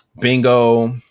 bingo